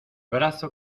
brazo